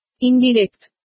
Indirect